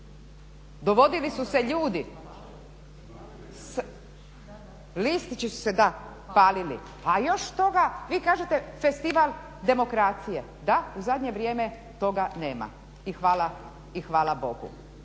dovodili su se ljudi, listići su se palili. A još k toga, vi kažete, festival demokracije, da u zadnje vrijeme toga nema i hvala Bogu.